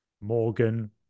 Morgan